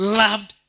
loved